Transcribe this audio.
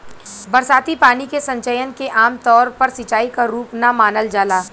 बरसाती पानी के संचयन के आमतौर पर सिंचाई क रूप ना मानल जाला